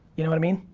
you know what i mean?